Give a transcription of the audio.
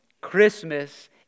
christmas